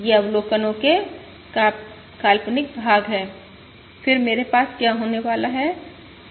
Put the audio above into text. ये अवलोकनों के काल्पनिक भाग हैं फिर मेरे पास क्या होने वाला है